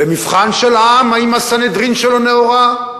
ומבחן של העם, האם הסנהדרין שלו נאורה,